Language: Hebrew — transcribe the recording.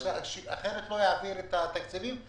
אחרת הוא לא יעביר את התקציבים.